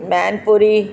Mainpuri